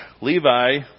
Levi